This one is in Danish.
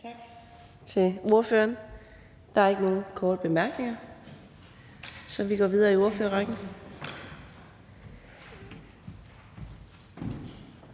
Tak til ordføreren. Der er ikke nogen korte bemærkninger, så vi går videre i ordførerrækken.